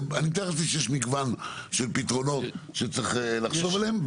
ואני מתאר לעצמי שיש מגוון של פתרונות שצריך לחשוב עליהם.